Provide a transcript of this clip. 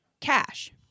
cash